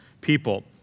people